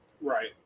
Right